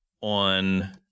On